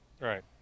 Right